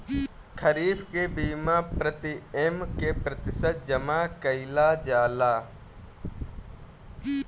खरीफ के बीमा प्रमिएम क प्रतिशत जमा कयील जाला?